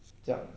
这样 ah